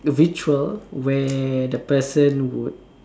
ritual where the person would